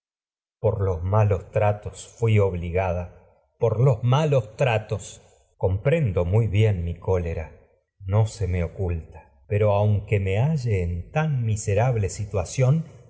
por los malos tratos malos tratos obligada por los comprendo aunque muy bien mi cólera en no se me oculta pero me halle tan miserable